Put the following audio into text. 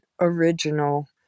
original